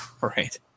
Right